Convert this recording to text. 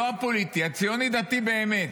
לא הפוליטי, הציוני-דתי באמת.